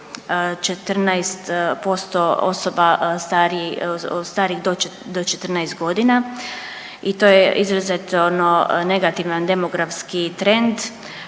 14% osoba starih do 14 godina i to je izuzetno negativan demografski trend